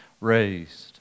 raised